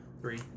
Three